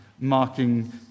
marking